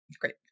Great